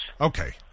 Okay